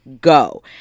go